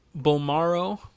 Bomaro